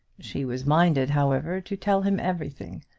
she was minded, however, to tell him everything,